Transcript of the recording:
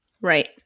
Right